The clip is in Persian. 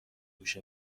دوش